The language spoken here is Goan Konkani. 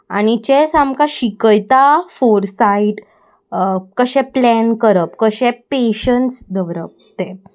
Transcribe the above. आनी चॅस आमकां शिकयता फोरसायट कशें प्लॅन करप कशें पेशंस दवरप तें